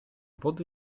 wody